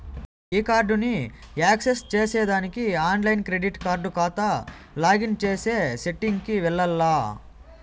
ఈ కార్డుని యాక్సెస్ చేసేదానికి ఆన్లైన్ క్రెడిట్ కార్డు కాతాకు లాగిన్ చేసే సెట్టింగ్ కి వెల్లాల్ల